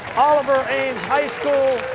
oliver ames high school,